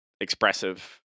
expressive